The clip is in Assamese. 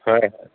হয় হয়